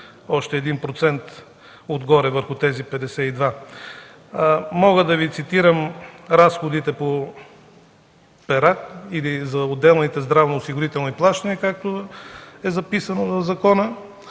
процент отгоре върху тези 52. Мога да Ви цитирам разходите по пера или за отделните здравноосигурителни плащания, както е записано в закона.